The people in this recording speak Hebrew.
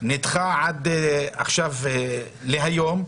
ונדחה להיום.